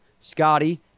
Scotty